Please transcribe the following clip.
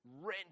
rent